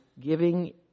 giving